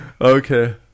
Okay